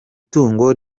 tungo